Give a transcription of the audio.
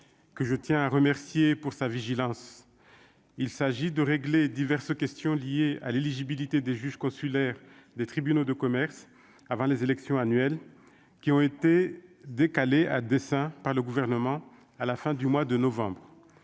que je tiens à remercier pour sa vigilance, il s'agit de régler diverses questions liées à l'éligibilité des juges consulaires des tribunaux de commerce avant les élections annuelles qui ont été décalés à dessein par le gouvernement à la fin du mois de novembre,